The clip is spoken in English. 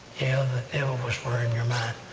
and the devil was worrying your mind,